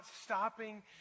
stopping